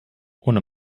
ohne